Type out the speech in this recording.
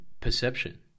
perception